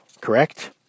correct